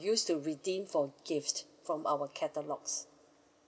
use to redeem for gifts from our catalogues